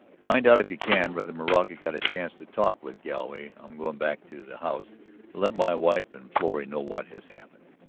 find out, if you can, whether moraga got a chance to talk with galloway. i'm going back to the house to let my wife and florrie know what has happened.